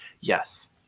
Yes